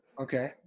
Okay